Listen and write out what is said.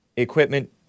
equipment